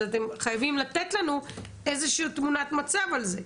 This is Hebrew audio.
אז אתם חייבים לתת לנו איזה שהיא תמונת מצב על זה.